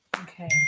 Okay